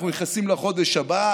אנחנו נכנסים לחודש הבא.